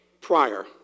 prior